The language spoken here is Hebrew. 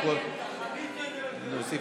לפרוטוקול, אני מבקש להוסיף אותי.